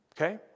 Okay